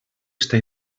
està